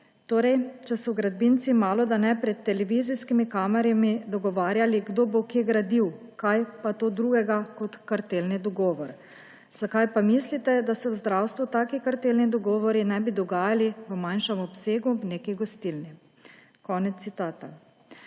Torej, če so gradbinci malodane pred televizijskimi kamerami dogovarjali, kdo bo kje gradil, kaj pa je to drugega kot kartelni dogovor? Zakaj pa mislite, da se v zdravstvu taki kartelni dogovori ne bi dogajali v manjšem obsegu v neki gostilni?« Konec citata.